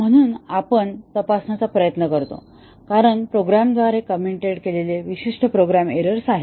म्हणून आपण तपासण्याचा प्रयत्न करतो कारण प्रोग्रामरद्वारे कंमिटेड केलेले विशिष्ट प्रोग्राम एरर्स आहेत